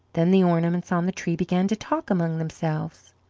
then the ornaments on the tree began to talk among themselves.